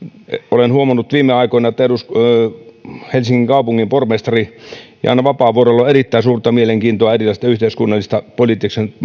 olen huomannut viime aikoina että helsingin kaupungin pormestari jan vapaavuorella on erittäin suurta mielenkiintoa erilaista yhteiskunnallista poliittista